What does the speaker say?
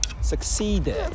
Succeeded